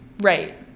right